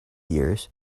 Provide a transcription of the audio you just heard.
years